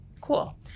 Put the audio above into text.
Cool